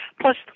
Plus